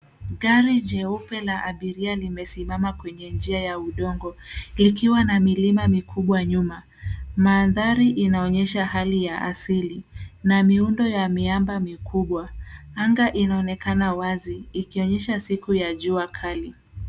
Gari jeupe la abiria limesimama kwenye njia ya udongo likiwa na milima mikubwa nyuma. Mandhari inaonyesha hali ya asili na miundo ya miamba mikubwa. Anga inaonekana wazi ikionyesha siku ya jua kali.